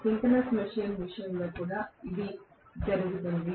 synchronous machine విషయంలో కూడా ఇదే జరుగుతుంది